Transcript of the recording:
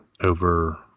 over